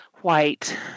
White